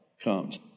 comes